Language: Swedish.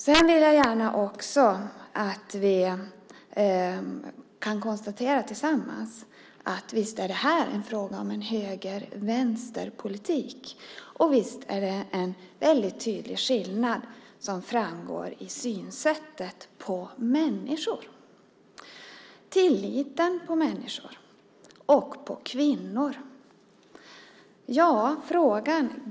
Sedan vill jag gärna att vi konstaterar något tillsammans. Visst är det här en fråga om en höger-vänster-politik. Och visst framgår det en väldigt tydlig skillnad i synsättet när det gäller människor, tilliten till människor och till kvinnor.